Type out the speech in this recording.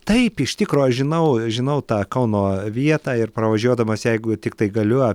taip iš tikro aš žinau žinau tą kauno vietą ir pravažiuodamas jeigu tiktai galiu